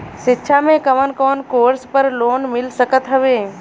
शिक्षा मे कवन कवन कोर्स पर लोन मिल सकत हउवे?